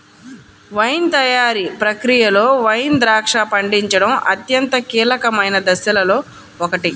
wine తయారీ ప్రక్రియలో wine ద్రాక్ష పండించడం అత్యంత కీలకమైన దశలలో ఒకటి